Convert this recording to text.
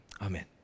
Amen